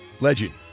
legend